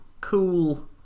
cool